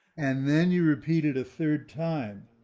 and then you repeat it a third time.